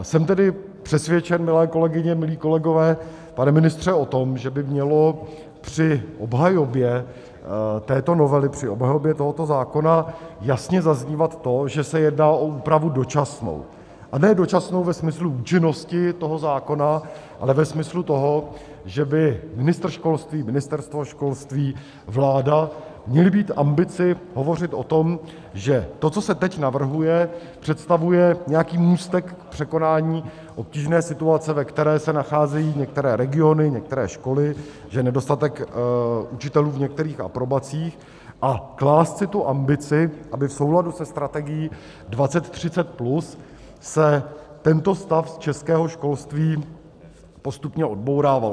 Jsem tedy přesvědčen, milé kolegyně, milí kolegové, pane ministře, o tom, že by mělo při obhajobě této novely, při obhajobě tohoto zákona jasně zaznívat to, že se jedná o úpravu dočasnou, a ne dočasnou ve smyslu účinnosti toho zákona, ale ve smyslu toho, že by ministr školství, Ministerstvo školství, vláda měli mít ambici hovořit o tom, že to, co se teď navrhuje, představuje nějaký můstek k překonání obtížné situace, ve které se nacházejí některé regiony, některé školy, protože je nedostatek učitelů v některých aprobacích, a klást si tu ambici, aby se v souladu se Strategií 2030+ tento stav z českého školství postupně odbourával.